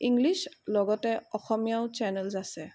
English লগতে অসমীয়াও channels আছে